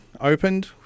opened